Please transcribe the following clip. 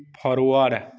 forward